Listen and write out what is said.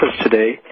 today